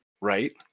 right